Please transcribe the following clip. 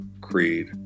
creed